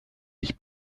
ich